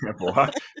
example